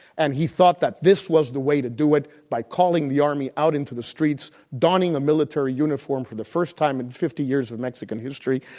and he thought that this was the way to do it, by calling the army out into the streets, donning a military uniform for the first time in fifty years of mexican history,